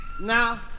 now